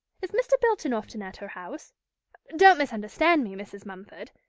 is mr. bilton often at her house don't misunderstand me, mrs. mumford.